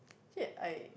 actually I